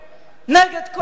נגד כל אלה